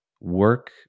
work